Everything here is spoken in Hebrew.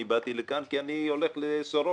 אני באתי לכאן כי אני הולך לסורוקה.